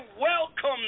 welcome